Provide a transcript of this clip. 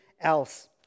else